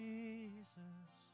Jesus